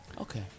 Okay